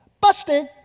Busted